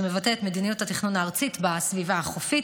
שמבטא את מדיניות התכנון הארצית בסביבה החופית.